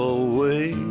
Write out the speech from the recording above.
away